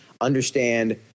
Understand